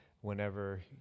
whenever